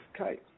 Okay